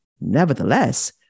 Nevertheless